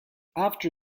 after